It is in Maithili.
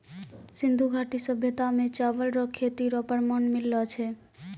सिन्धु घाटी सभ्यता मे चावल रो खेती रो प्रमाण मिललो छै